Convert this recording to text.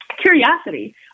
Curiosity